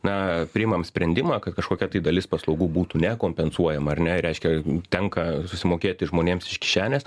na priimam sprendimą kai kažkokia tai dalis paslaugų būtų nekompensuojama ar ne reiškia in tenka susimokėti žmonėms iš kišenės